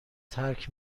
ترک